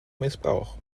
missbrauch